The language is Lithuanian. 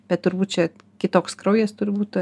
bet turbūt čia kitoks kraujas turbūt